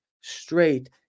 straight